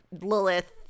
Lilith